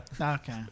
Okay